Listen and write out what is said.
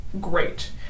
great